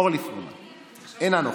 אינה נוכחת.